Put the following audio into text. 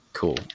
cool